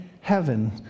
heaven